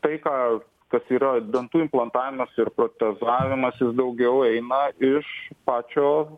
tai ką kas yra dantų implantavimas ir protezavimas jis daugiau eina iš pačio